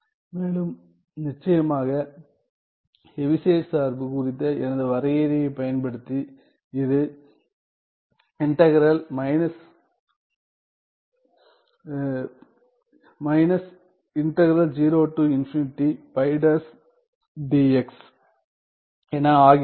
மேலும் நிச்சயமாக ஹெவிசைட் சார்பு குறித்த எனது வரையறையைப் பயன்படுத்தி இது என ஆகிறது